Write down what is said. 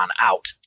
out